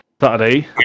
Saturday